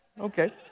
Okay